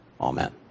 amen